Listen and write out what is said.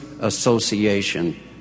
association